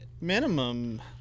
minimum